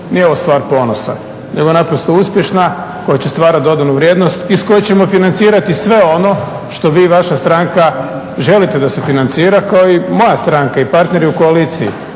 Nije ovo stvar ponosa nego naprosto uspješna koja će stvarati dodanu vrijednost iz koje ćemo isfinancirati sve ono što vi i vaša stranka želite da se financira kao i moja stranka i partneri u koaliciji.